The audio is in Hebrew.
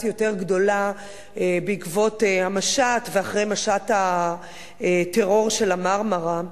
יותר גדולה בעקבות המשט ואחרי משט הטרור של ה"מרמרה".